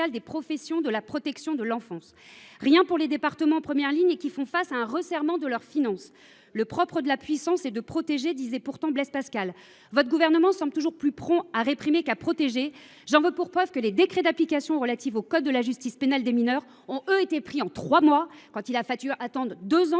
des professions de la protection de l’enfance. Rien pour les départements en première ligne et qui font face à un resserrement de leurs finances. Le propre de la puissance est de protéger, écrivait pourtant Blaise Pascal. Votre gouvernement semble toujours plus prompt à réprimer qu’à protéger. J’en veux pour preuve que les décrets d’application relatifs au code de la justice pénale des mineurs ont, eux, été pris en trois mois, quand il a fallu attendre deux ans